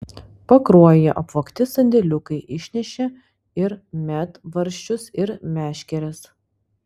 pakruojyje apvogti sandėliukai išnešė ir medvaržčius ir meškeres